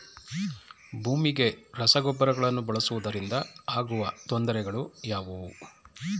ಭೂಮಿಗೆ ರಸಗೊಬ್ಬರಗಳನ್ನು ಬಳಸುವುದರಿಂದ ಆಗುವ ತೊಂದರೆಗಳು ಯಾವುವು?